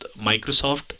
Microsoft